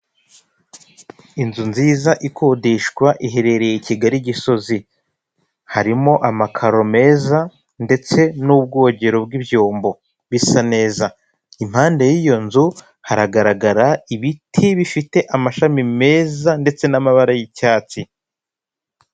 Inzu nziza ikodeshwa, iherereye i Kigali, Gisozi. Harimo amakaro meza ndetse n'ubwogero bw'ibyombo bisa neza. Impande y'iyo nzu, haragaragara ibiti bifite amashami meza ndetse n'amabara y'icyatsi.